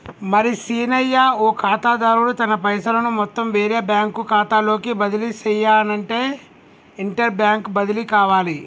మరి సీనయ్య ఓ ఖాతాదారుడు తన పైసలను మొత్తం వేరే బ్యాంకు ఖాతాలోకి బదిలీ సెయ్యనఅంటే ఇంటర్ బ్యాంక్ బదిలి కావాలి